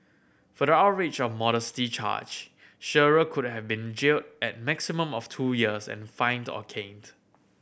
for the outrage of modesty charge Shearer could have been jailed a maximum of two years and fined or caned